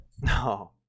No